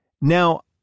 Now